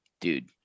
dude